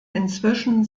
inzwischen